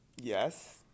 Yes